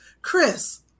Chris